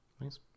Nice